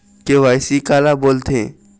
KYC काला बोलथें?